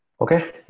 Okay